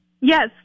Yes